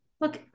look